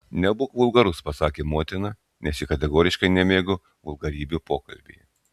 nebūk vulgarus pasakė motina nes ji kategoriškai nemėgo vulgarybių pokalbyje